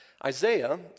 Isaiah